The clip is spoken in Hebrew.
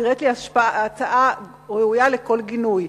נראית לי הצעה ראויה לכל גינוי.